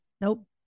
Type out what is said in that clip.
Nope